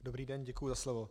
Dobrý den, děkuji za slovo.